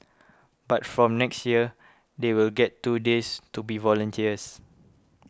but from next year they will get two days to be volunteers